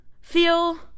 feel